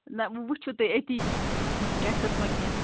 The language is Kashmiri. نہ وۄنۍ وُچھِو تُہۍ أتی گژھٮ۪س ما کیٚنٛہہ